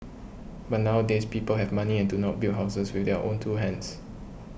but nowadays people have money and do not build houses with their own two hands